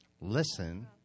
listen